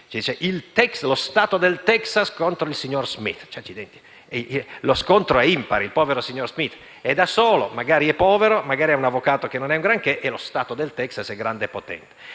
si dice: «lo Stato del Texas contro il signor Smith». Accidenti, lo scontro è impari: il povero signor Smith è da solo, magari è povero, magari ha un avvocato che non è un granché, mentre lo Stato del Texas è grande e potente.